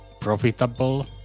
profitable